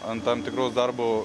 ant tam tikros darbo